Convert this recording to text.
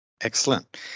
Excellent